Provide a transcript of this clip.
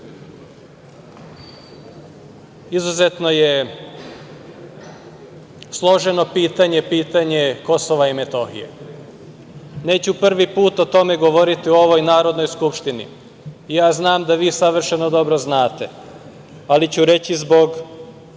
Izuzetno je složeno pitanje pitanje Kosova i Metohije. Neću prvi put o tome govoriti u ovoj Narodnoj skupštini, znam da vi savršeno dobro znate, ali ću reći zbog